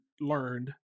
learned